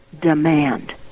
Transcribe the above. demand